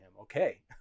Okay